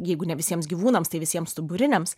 jeigu ne visiems gyvūnams tai visiems stuburiniams